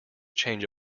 change